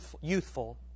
youthful